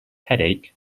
headache